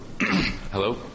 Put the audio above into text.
Hello